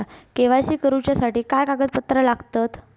KYC करूच्यासाठी काय कागदपत्रा लागतत?